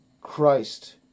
Christ